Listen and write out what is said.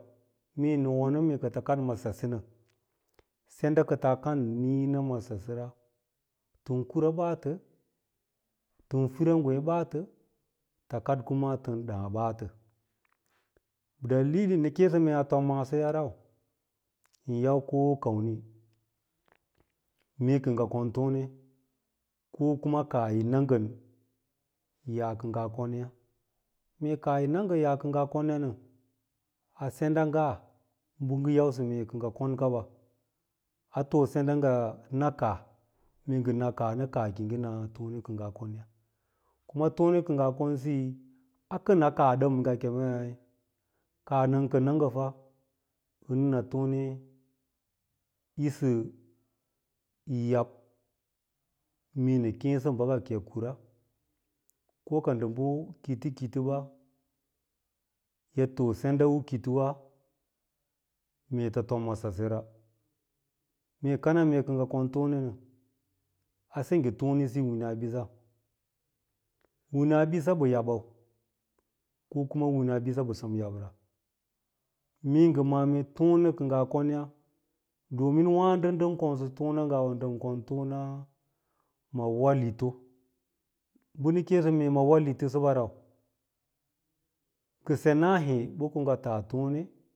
Mee nɚ wonɚ mee kɚtɚ ara a sase nɚ senda kɚtɚ kan a saseya tɚn kura baatɚtɚn fira ngerêê baatɚ tɚ kad kuma tɚn fira ngerêê baatɚ tɚ kaɗ kuma tɚn ɗàà ɓaata irin nɚ kêêsɚ mee a tom masoya rau yin yau ko kamni mee kɚ ngɚ kon tone ko kum. Kaah yi na ngɚn yaa kɚ ngaa konyà, mee kaahyi na ngɚ yaa kɚ ngaa konyà nɚ a senda nga bɚ ngɚ yausɚ mee kɚ ngɚ kon nga a too senda ngɚ na kaah mee ngɚ nak aah nɚ kaah kiyi na tone kɚ ngaa kon a tone kɚ ngaa. Konsiyi a kɚna ɗɚm ngo kemei kaah nɚn kɚne nrɚ fa ngɚ nɚ na tone yisɚ yab mee nɚ kêêsɚ bɚka koi kura ko ka ndɚ bɚ kilo-kito ba yi loo senda u ktowa mee tɚ tom ma sasera, mee kanan mee kɚ ngɚ kon tone nɚ, a sengge tone siyi wina bisa, winabisa ɓɚ yadbɚu, ko kuma winsbisa ɓɚ semra, mee ngɚ ma’à mee tone kɚ ngaa konya domin wààdo nɚɚn konsɚ tona ngawawa nɗɚn kon tona ma walito bɚ nɚ kêêsɚ mee ma wahto sɚba rau ngɚ senaa hê pɚ ko ngɚ tas tone mee